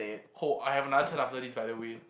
oh I have another turn after this by the way